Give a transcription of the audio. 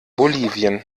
bolivien